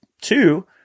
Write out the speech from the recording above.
two